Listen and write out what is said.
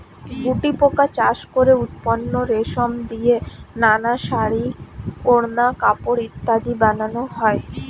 গুটিপোকা চাষ করে উৎপন্ন রেশম দিয়ে নানা শাড়ী, ওড়না, কাপড় ইত্যাদি বানানো হয়